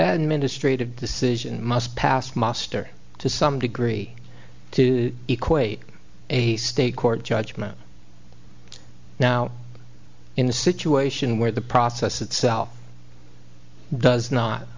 administrative decision must pass muster to some degree to equate a state court judgment now in the situation where the process itself does not